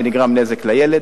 ונגרם נזק לילד.